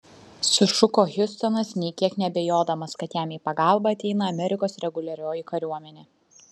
sušuko hiustonas nė kiek neabejodamas kad jam į pagalbą ateina amerikos reguliarioji kariuomenė